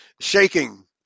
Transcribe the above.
shaking